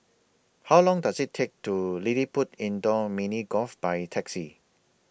How Long Does IT Take to LilliPutt Indoor Mini Golf By Taxi